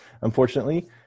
unfortunately